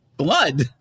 blood